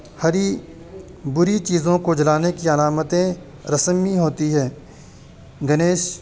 بری بری چیزوں کو جلانے کی علامتیں رسمی ہوتی ہیں گنیش